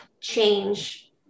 change